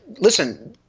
Listen